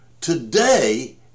Today